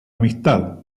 amistad